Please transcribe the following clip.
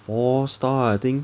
four star I think